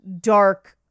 dark